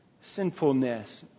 Sinfulness